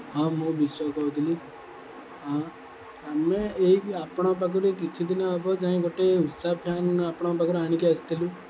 ହଁ ମୁଁ ବିଶ୍ୱ କହୁଥିଲି ହଁ ଆମେ ଏଇ ଆପଣଙ୍କ ପାଖରେ କିଛି ଦିନ ହେବ ଯାଇ ଗୋଟେ ଉଷା ଫ୍ୟାନ୍ ଆପଣଙ୍କ ପାଖରୁ ଆଣିକି ଆସିଥିଲୁ